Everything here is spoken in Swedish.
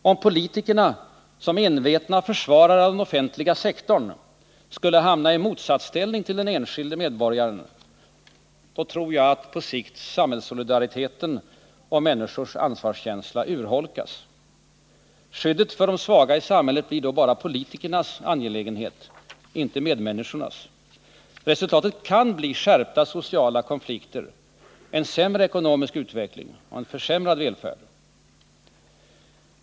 Om politikerna som envetna försvarare av den offentliga sektorn hamnar i motsatsställning till den enskilde medborgaren, urholkas på sikt samhällssolidariteten och människors ansvarskänsla. Skyddet för de svaga i samhället blir då bara politikernas angelägenhet — inte medmänniskornas. Resultatet kan bli skärpta sociala konflikter, en sämre ekonomisk utveckling och försämrad välfärd.